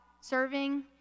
serving